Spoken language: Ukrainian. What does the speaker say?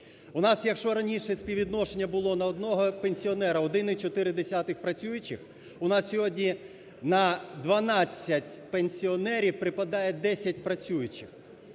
У нас якщо раніше співвідношення було на одного пенсіонера 1,4 працюючих, у нас сьогодні на 12 пенсіонерів припадає 10 працюючих.